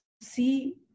see